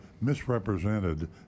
misrepresented